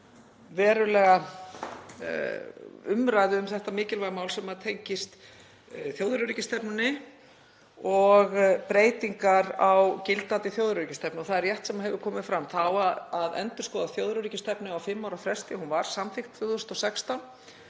verulega umræðu um þetta mikilvæga mál sem tengist þjóðaröryggisstefnunni og breytingar á gildandi þjóðaröryggisstefnu. Það er rétt sem hefur komið fram, það á að endurskoða þjóðaröryggisstefnu á fimm ára fresti. Hún var samþykkt 2016